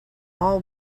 all